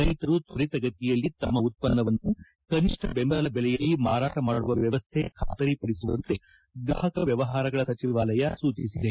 ರೈತರು ತ್ವರಿತ ಗತಿಯಲ್ಲಿ ತಮ್ಮ ಉತ್ಪನ್ನವನ್ನು ಕನಿಷ್ಠ ಬೆಂಬಲ ಬೆಲೆಯದಿ ಮಾರಾಟ ಮಾಡುವ ವ್ಯವಸ್ಥೆ ಖಾತರಿ ಪಡಿಸುವಂತೆ ಗ್ರಾಹಕ ವ್ಯವಹಾರಗಳ ಸಚಿವಾಲಯ ಸೂಚಿಸಿದೆ